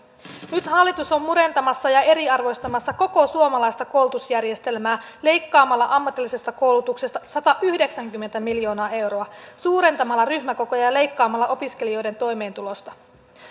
nyt hallitus on murentamassa ja eriarvoistamassa koko suomalaista koulutusjärjestelmää leikkaamalla ammatillisesta koulutuksesta satayhdeksänkymmentä miljoonaa euroa suurentamalla ryhmäkokoja ja leikkaamalla opiskelijoiden toimeentulosta